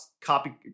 copy